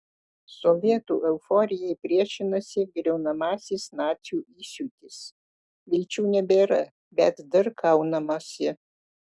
sovietų euforijai priešinasi griaunamasis nacių įsiūtis vilčių nebėra bet dar kaunamasi